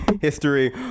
history